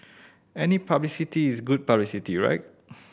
any publicity is good publicity right